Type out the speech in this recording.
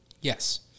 yes